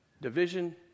Division